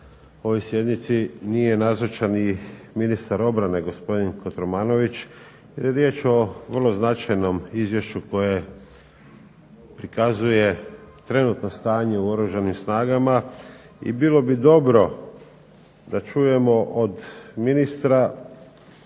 ovoj sjednici nije nazočan i ministar obrane gospodin Kotromanović. Riječ o vrlo značajnom Izvješću koje prikazuje trenutno stanje u Oružanim snagama i bilo bi dobro da čujemo o ministra